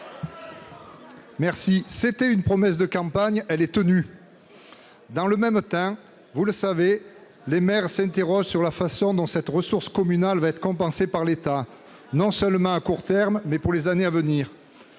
d'achat. C'était une promesse de campagne, elle est tenue. Dans le même temps, vous le savez, les maires s'interrogent sur la façon dont cette ressource communale va être compensée par l'État, non seulement à court terme, mais aussi pour les années à venir.